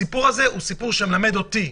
הסיפור שהבאתי כאן מלמד אותי,